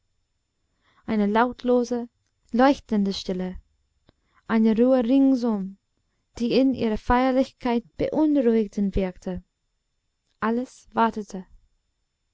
eine lautlose leuchtende stille eine ruhe ringsum die in ihrer feierlichkeit beunruhigend wirkte alles wartete